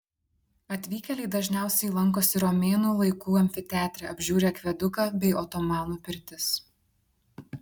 atvykėliai dažniausiai lankosi romėnų laikų amfiteatre apžiūri akveduką bei otomanų pirtis